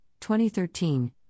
2013